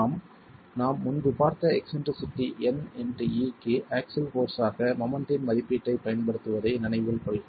நாம் நாம் முன்பு பார்த்த எக்ஸ்ன்ட்ரிசிட்டி N இன்டு e க்கு ஆக்ஸில் போர்ஸ் ஆக மொமெண்ட்டின் மதிப்பீட்டைப் பயன்படுத்துவதை நினைவில் கொள்க